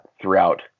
throughout